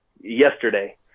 yesterday